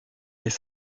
les